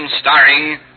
starring